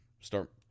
Start